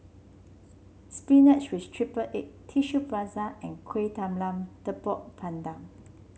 spinach with triple egg Tissue Prata and Kueh Talam Tepong Pandan